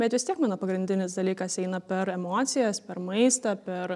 bet vis tiek mano pagrindinis dalykas eina per emocijas per maistą per